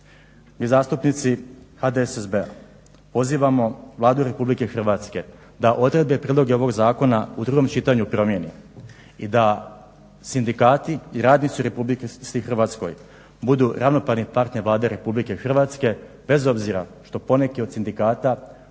Mi zastupnici HDSSB-a pozivamo Vladu RH da odredbe i prijedloge ovog zakona u drugom čitanju promijeni i da sindikati i radnici u RH budu ravnopravni partner Vlade RH bez obzira što poneki od sindikata,